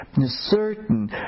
certain